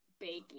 baking